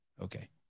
Okay